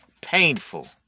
painful